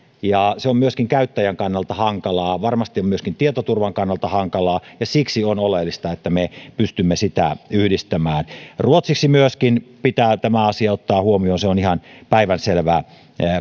se on myöskin käyttäjän kannalta hankalaa varmasti se on myöskin tietoturvan kannalta hankalaa ja siksi on oleellista että me pystymme sitä yhdistämään ruotsiksi myöskin pitää tämä asia ottaa huomioon se on ihan